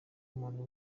umuntu